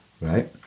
right